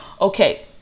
Okay